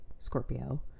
Scorpio